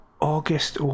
August